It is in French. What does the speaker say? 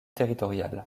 territorial